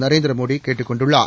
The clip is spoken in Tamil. நரேந்திரமோடிகூட்டுக் கொண்டுள்ளார்